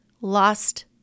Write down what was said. lost